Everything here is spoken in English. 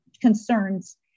concerns